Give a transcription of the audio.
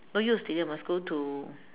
no use today must go to